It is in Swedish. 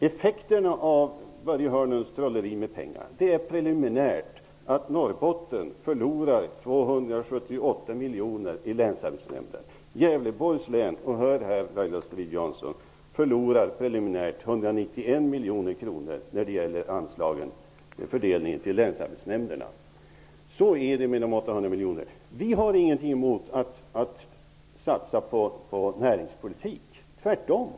Effekterna av Börje Hörnlunds trolleri med pengar är preliminärt att Norrbotten förlorar 278 miljoner som skulle gått till länsarbetsnämnderna. Gävlebors län -- hör här, Laila Strid-Jansson -- förlorar preliminärt 191 miljoner kronor när det gäller fördelningen till länsarbetsnämnderna. Så är det med de 800 miljonerna. Vi har ingenting emot att satsa på näringspolitik, tvärtom.